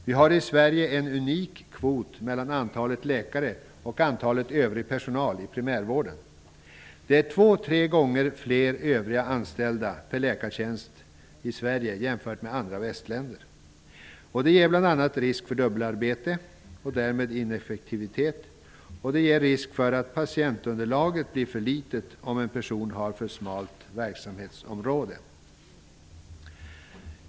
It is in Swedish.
Vi har i Sverige en unik kvot mellan antalet läkare och antalet övrig personal i primärvården. Det är två--tre gånger fler övriga anställda per läkartjänst i Sverige jämfört med andra västländer. Det leder bl.a. till en risk för dubbelarbete och därmed ineffektivitet, och det leder till en risk för att patientunderlaget blir för litet om en person har ett för smalt verksamhetsområde.